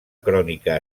crònica